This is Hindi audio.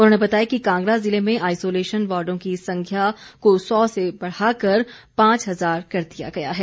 उन्होंने बताया कि कांगड़ा जिले में आइसोलेशन वार्डो की संख्या को सौ से बढ़ाकर पांच हजार कर दी गई है